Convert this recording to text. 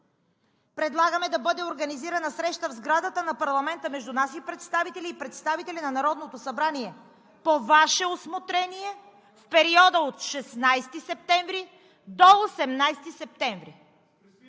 „Предлагаме да бъде организирана среща в сградата на парламента между наши представители и представители на Народното събрание по Ваше усмотрение в периода от 16 септември до 18 септември.“